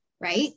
Right